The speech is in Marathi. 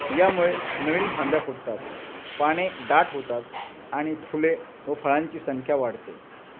यामुळे नवीन फांद्या फुटतात पाने दाट होतात आणि फुले व फळांची संख्या वाढते